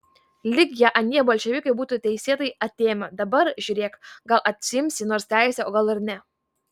lyg ją anie bolševikai būtų teisėtai atėmę dabar žiūrėk gal atsiimsi nors teisę o gal ir ne